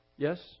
Yes